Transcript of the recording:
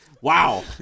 Wow